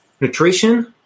Nutrition